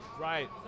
Right